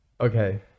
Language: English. Okay